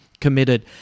committed